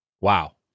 Wow